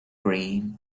green